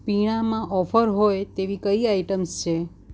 પીણામાં offer હોય તેવી કઈ આઇટમ્સ છે